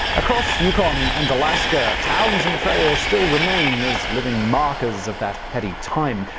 across yukon and alaska, towns and trails still remain as living markers of that heady time.